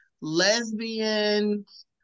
lesbians